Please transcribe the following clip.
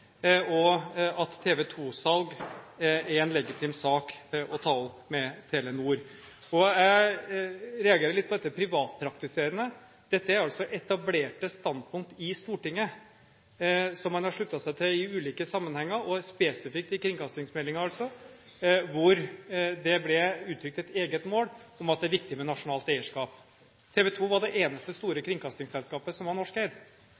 og TV 2-salg er en legitim sak å ta opp med Telenor. Jeg reagerer litt på dette med privatpraktiserende. Dette er altså etablerte standpunkt i Stortinget som man har sluttet seg til i ulike sammenhenger, og altså spesifikt i kringkastingsmeldingen, hvor det ble uttrykt et eget mål om at det er viktig med nasjonalt eierskap. TV 2 var det eneste store kringkastingsselskapet som var norskeid,